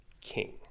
king